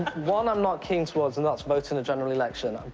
one i'm not keen towards and that's vote in a general election.